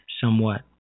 somewhat